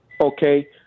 okay